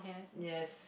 yes